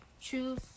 choose